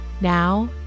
Now